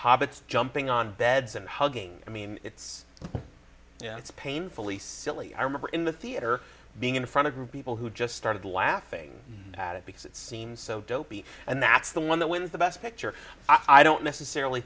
hobbits jumping on beds and hugging i mean it's yeah it's painfully silly i remember in the theater being in front of people who just started laughing at it because it seemed so dopey and that's the one that wins the best picture i don't necessarily